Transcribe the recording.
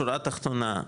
שורה תחתונה,